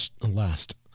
Last